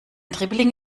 dribbling